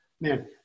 man